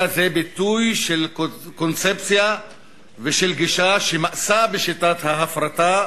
אלא זה ביטוי של קונספציה ושל גישה שמאסה בשיטת ההפרטה